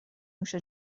نوش